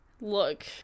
Look